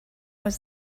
was